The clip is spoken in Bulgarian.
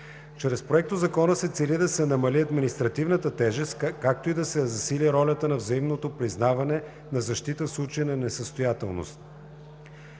Чрез Проектозакона се цели да се намали административната тежест, както и да се засили ролята на взаимното признаване на защита в случай на несъстоятелност.